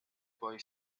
boy